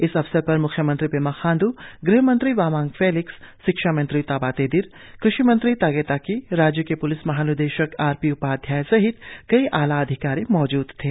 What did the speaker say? इस अवसर पर म्ख्यमंत्री पेमा खांड्र गृह मंत्री बामांग फेलिक्स शिक्षा मंत्री ताबा तेदिर कृषि मंत्री तागे ताकी राज्य के प्लिस महा निदेशक आर पी उपाध्याय सहित कई आला अधिकारी मौजूद थे